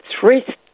three